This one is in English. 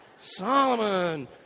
Solomon